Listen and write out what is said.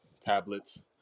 tablets